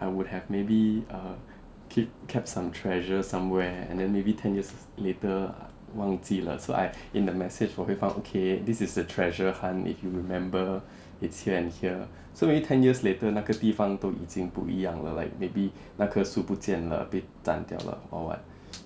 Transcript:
I would have maybe err keep kept some treasure somewhere and then maybe ten years later 忘记了 so I in the message 我会放 this is a treasure hunt if you remember it's here and here so maybe ten years later 那个地方都已经不一样了 like maybe 那棵树不见了被斩掉了 or what